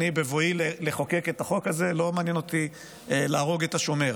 בבואי לחוקק את החוק הזה לא מעניין אותי להרוג את השומר,